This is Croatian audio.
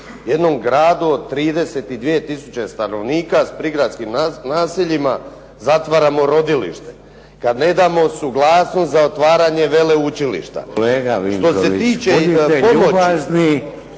jednom gradu od 32 tisuće stanovnika s prigradskim naseljima zatvaramo rodilište, kad nedamo suglasnost za otvaranje veleučilišta. **Šeks,